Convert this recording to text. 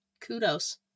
kudos